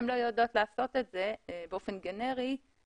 הן לא יודעות לעשות את זה באופן ספציפי,